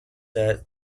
the